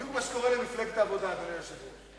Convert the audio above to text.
בדיוק מה שקורה למפלגת העבודה, אדוני היושב-ראש.